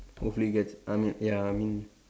hopefully gets I mean ya I mean